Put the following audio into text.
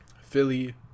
Philly